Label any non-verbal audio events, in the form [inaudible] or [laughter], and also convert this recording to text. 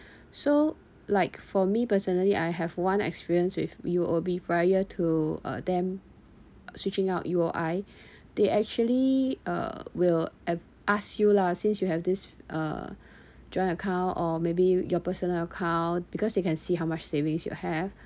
so like for me personally I have one experience with U_O_B prior to uh them switching out U_O_B they actually uh will [noise] ask you lah since you have this uh joint account or maybe your personal account because they can see how much savings you have [breath]